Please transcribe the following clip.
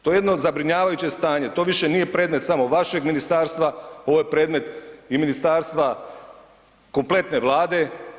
To je jedno zabrinjavajuće stanje, to više nije predmet samo vašeg ministarstva ovo je predmet i ministarstva, kompletne Vlade.